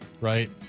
right